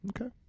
Okay